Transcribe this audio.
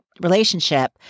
relationship